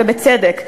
ובצדק.